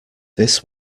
this